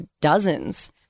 dozens